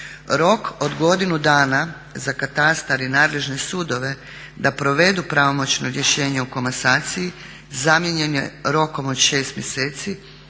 Rok od godinu dana za katastar i nadležne sudove da provedu pravomoćno rješenje o komasaciji zamijenjen je rokom od 6 mjeseci